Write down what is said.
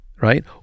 right